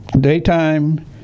daytime